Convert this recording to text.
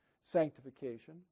sanctification